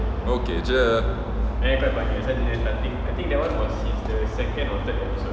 okay jer